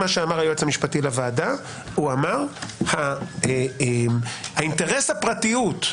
אמר היועץ המשפטי לוועדה שהאינטרס לפרטיות,